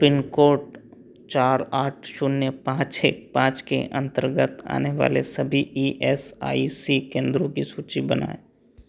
pin code चार आठ शून्य पाँच एक पाँच के अंतर्गत आने वाले सभी ई एस आई सी केंद्रों की सूची बनाएँ